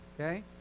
okay